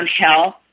health